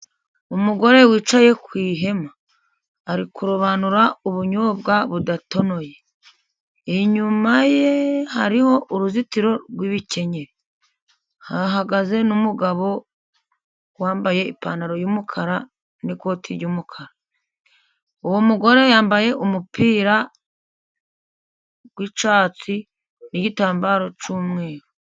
Umugore wicaye ku ihema ari kurobanura ubunyobwa budatonoye. Inyuma ye hariho uruzitiro rw'ibikenyeri. Hahagaze n'umugabo wambaye ipantaro y'umukara n'ikoti ry'umukara. Uwo mugore yambaye umupira w'icyatsi n'igitambaro cy'umweru.